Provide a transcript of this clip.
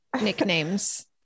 nicknames